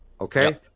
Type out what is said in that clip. okay